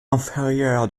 inférieur